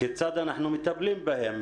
כיצד אנחנו מטפלים בהם?